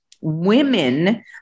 women